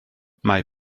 mae